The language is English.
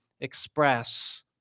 express